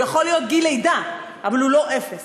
הוא יכול להיות גיל לידה, אבל הוא לא אפס.